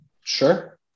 Sure